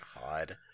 God